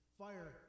fire